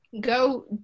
go